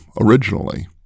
originally